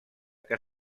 que